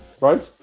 Right